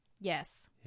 yes